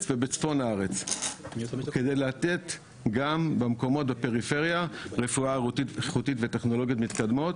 ובצפון הארץ כדי לתת גם בפריפריה רפואה איכותית וטכנולוגית מתקדמת.